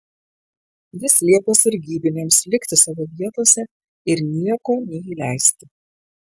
jis liepė sargybiniams likti savo vietose ir nieko neįleisti